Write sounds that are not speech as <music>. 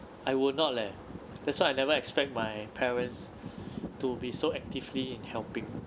I will not leh that's why I never expect my parents <breath> to be so actively in helping